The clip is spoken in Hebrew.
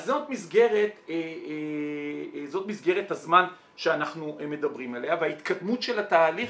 זאת מסגרת הזמן שאנחנו מדברים עליה וההתקדמות של התהליך,